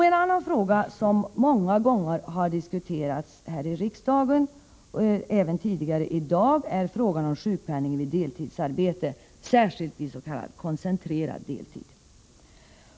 En annan fråga, som många gånger har diskuterats i riksdagen och även tidigare i dag, är frågan om sjukpenning vid deltidsarbete, särskilt vid s.k. koncentrerad deltid.